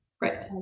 Right